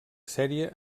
sèrie